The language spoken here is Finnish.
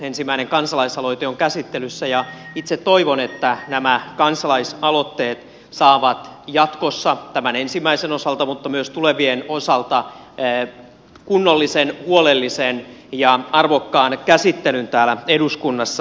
ensimmäinen kansalaisaloite on käsittelyssä ja itse toivon että nämä kansalaisaloitteet saavat jatkossa tämän ensimmäisen osalta mutta myös tulevien osalta kunnollisen huolellisen ja arvokkaan käsittelyn täällä eduskunnassa